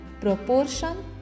Proportion